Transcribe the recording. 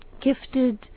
gifted